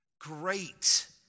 Great